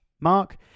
Mark